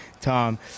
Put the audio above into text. Tom